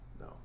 No